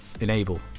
enable